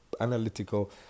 analytical